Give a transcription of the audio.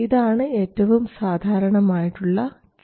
ഇതാണ് ഏറ്റവും സാധാരണമായിട്ടുള്ള കേസ്